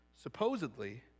supposedly